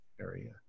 area